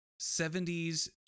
70s